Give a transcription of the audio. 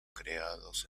creados